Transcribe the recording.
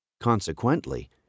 Consequently